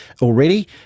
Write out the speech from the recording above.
already